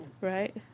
Right